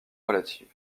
relative